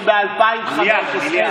זה הלך לתחבורה,